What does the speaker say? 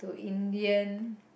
Indian